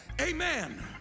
Amen